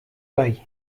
bai